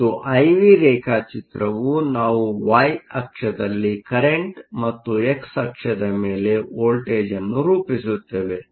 ಮತ್ತು I V ರೇಖಾಚಿತ್ರವು ನಾವು ವೈ ಅಕ್ಷದಲ್ಲಿ ಕರೆಂಟ್Current ಮತ್ತು ಎಕ್ಸ್ ಅಕ್ಷದ ಮೇಲೆ ವೋಲ್ಟೇಜ್Voltage ಅನ್ನು ರೂಪಿಸುತ್ತೇವೆ